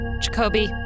Jacoby